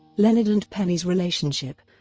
leonard and penny's relationship